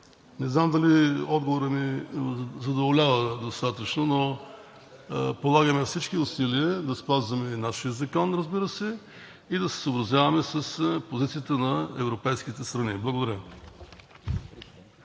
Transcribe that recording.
Не знам дали отговорът ми Ви задоволява достатъчно, но полагаме всички усилия да спазваме нашия закон, разбира се, и да се съобразяваме с позицията на европейските страни. Благодаря